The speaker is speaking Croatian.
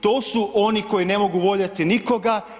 To su oni koji ne mogu voljeti nikoga.